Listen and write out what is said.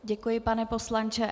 Děkuji, pane poslanče.